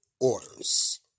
orders